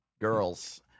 girls